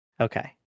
Okay